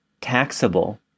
taxable